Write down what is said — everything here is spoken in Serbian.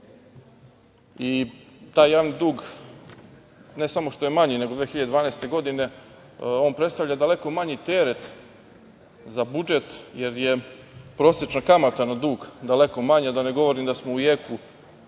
i taj javni dug ne samo što je manji nego 2012. godine, on predstavlja daleko manji teret za budžet, jer je prosečna kamata na dug daleko manja, da ne govorim da smo u jeku